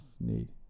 need